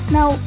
Now